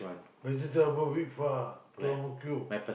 vegetable with uh to Ang-Mo-Kio